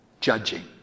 judging